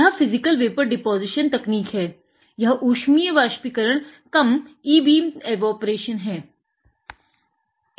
यह physical vapour deposition तकनीक है